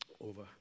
over